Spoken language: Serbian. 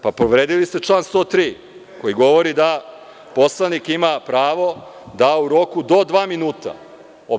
Povredili ste član 103. koji govori da poslanik ima pravo da u roku do dva minuta obrazloži.